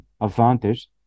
advantage